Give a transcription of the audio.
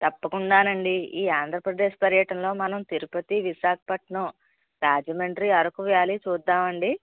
తప్పకుండా అండి ఈ ఆంధ్రప్రదేశ్ పర్యటనలో మనం తిరుపతి విశాఖపట్నం రాజమండ్రి అరకు వ్యాలీ చూద్దాము అండి